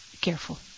careful